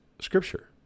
Scripture